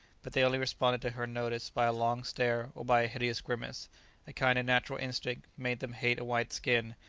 but they only responded to her notice by a long stare or by a hideous grimace a kind of natural instinct made them hate a white skin,